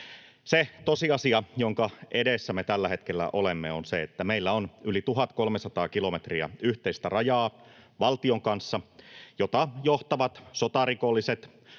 Se tosiasia, jonka edessä me tällä hetkellä olemme, on se, että meillä on yli 1 300 kilometriä yhteistä rajaa valtion kanssa, jota johtavat sotarikolliset,